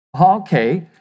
okay